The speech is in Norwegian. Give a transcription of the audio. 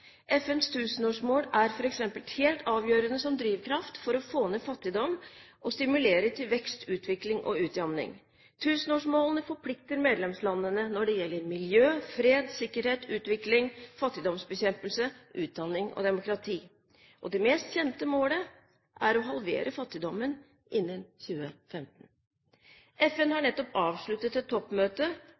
FNs tusenårsmål er f.eks. helt avgjørende som drivkraft for å få ned fattigdom og stimulere til vekst, utvikling og utjamning. Tusenårsmålene forplikter medlemslandene når det gjelder miljø, fred, sikkerhet, utvikling, fattigdomsbekjempelse, utdanning og demokrati. Det mest kjente målet er å halvere fattigdommen innen 2015. FN har nettopp avsluttet et toppmøte